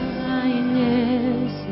kindness